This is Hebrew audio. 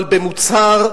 אבל במוצהר,